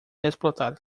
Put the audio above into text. explotar